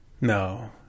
No